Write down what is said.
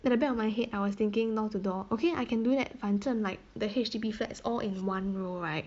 at the back of my head I was thinking knock the door okay I can do that 反正 like the H_D_B flats all in one row right